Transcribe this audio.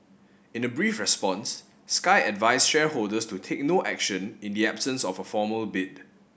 in a brief response Sky advised shareholders to take no action in the absence of a formal bid